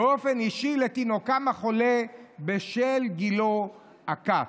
באופן אישי לתינוקם החולה בשל גילו הקט.